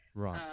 Right